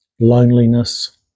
loneliness